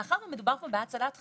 מאחר ומדובר פה בהצלת חיים,